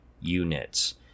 units